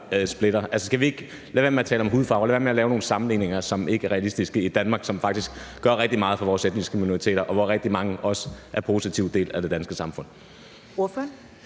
Altså, skal vi ikke lade være med at tale om hudfarve og lad være med at lave nogle sammenligninger, som ikke er realistiske i Danmark, hvor vi rent faktisk gør rigtig meget for vores etniske minoriteter, og hvor rigtig mange også er en positiv del af det danske samfund?